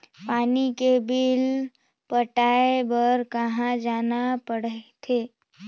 पानी के बिल पटाय बार कहा जाना पड़थे?